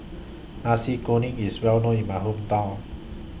Nasi Kuning IS Well known in My Hometown